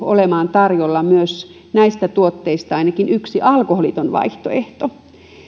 olemaan tarjolla näistä tuotteista ainakin yksi alkoholiton vaihtoehto